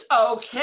okay